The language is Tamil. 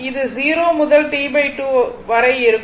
இது 0 முதல் T 2 இருக்கும்